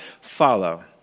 follow